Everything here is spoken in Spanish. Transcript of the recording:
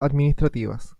administrativas